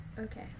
Okay